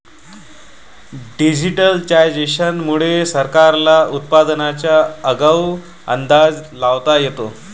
digitisation मुळे सरकारला उत्पादनाचा आगाऊ अंदाज लावता येतो